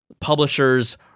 publishers